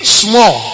small